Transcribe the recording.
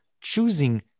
choosing